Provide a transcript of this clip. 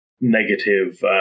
negative